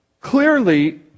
Clearly